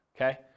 okay